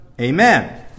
Amen